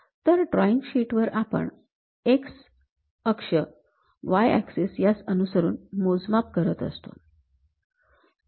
तर drawing sheet वर आपण x अक्ष y ऍक्सिस यास अनुसरून मोजमाप करत असतो